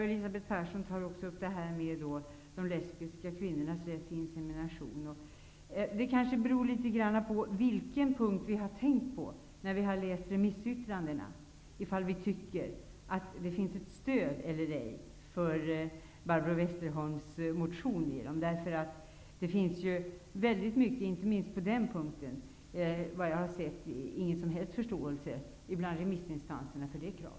Elisabeth Persson tar upp de lesbiska kvinnornas rätt till insemination. Det kanske beror litet grand på vilken punkt vi har tänkt på när vi har läst remissyttrandena ifall vi tycker att det finns ett stöd eller ej för Barbro Westerholm motion. Det finns som jag ser det ingen som helst förståelse bland remissinstanserna för detta krav.